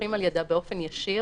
שמונחים על ידה באופן ישיר,